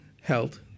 health